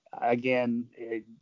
Again